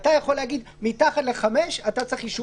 אתה יכול להגיד מתחת לחמש אתה צריך אישור.